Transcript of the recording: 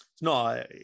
No